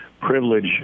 privilege